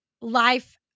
life